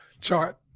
chart